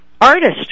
Artist